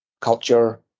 culture